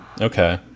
Okay